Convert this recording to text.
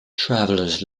travelers